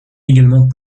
également